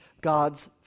God's